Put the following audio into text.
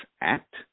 Act